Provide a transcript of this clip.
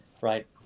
right